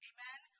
Amen